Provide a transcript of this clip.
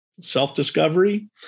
self-discovery